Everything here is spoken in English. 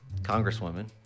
congresswoman